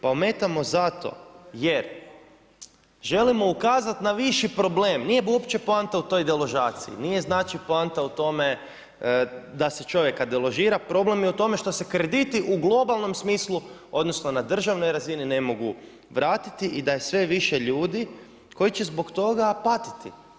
Pa ometamo zato jer želimo ukazati na viši problem, nije uopće problem u toj deložaciji, nije poanta u tome da se čovjeka deložira, problem je u tome što se krediti u globalnom smislu odnosno na državnoj razini ne mogu vratiti i da je sve više ljudi koji će zbog toga patiti.